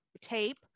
tape